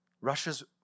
Russia's